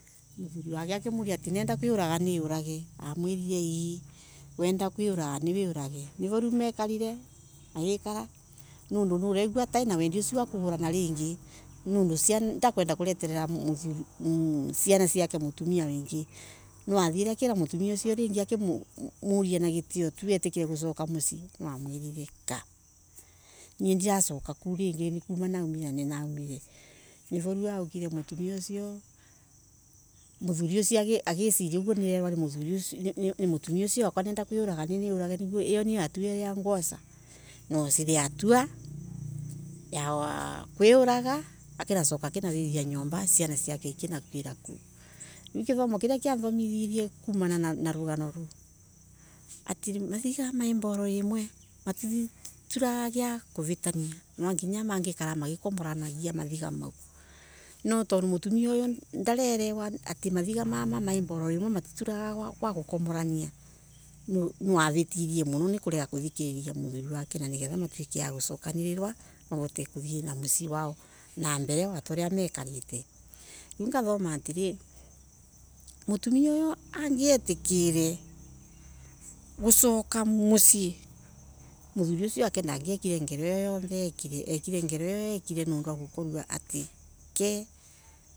Nake akimulia nenda kuiraga niurage amwerire ii wenda kuiraga ni we iurage, nugu riu mekarire agekara ni undu aregua atai na wengi wa kugurana ringi dakwenda kureterera ciana ciake mutumia wingi niwothirie akira mutumia ucio ringi akimuria na gitio itikire gucoka mucii niwomwerire kaa nie ndilasuka kuo lingi ninaumire kuu na ninathiirie nivo augire mutumia usio. Muthuri usio ageciria uguo mutumia wakwa auga nenda kwioroga nioroge nio hatu ngwosa niwosire hatua ya kwioraga akinasokaakinavivia nyomba na ciana ciake ikina thirira kuo riu kithomo nathomire kumana na vugano riu ati mathiga maim bolo imwe matituraga gia kuvitania kwa mangekara magikomolania no tundo mutumia uyu ndaranyita uguo niwavitirie muno kurega kuthikiriria muthuri wake na nigetha matuike a gucokanariria mavote kuthie na mbele na mucii na mbele nie ngathoma atiri mutumia uyu angetikire gucoka mucii muthuri wake ndangeikire ngero io ekire ngero io nondo wa.